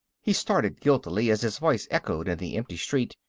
he started guiltily as his voice echoed in the empty street,